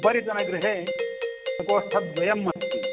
उपरितनगृहे प्रकोष्ठद्वयमस्ति